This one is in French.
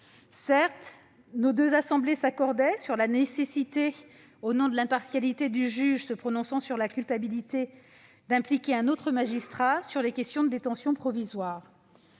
Certes, nos deux assemblées s'accordaient sur la nécessité, au nom du principe de l'impartialité du juge se prononçant sur la culpabilité, d'impliquer un autre magistrat concernant la détention provisoire.